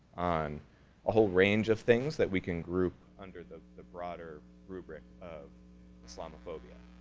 on a whole range of things that we can group under the the broader rubric of islamophobia.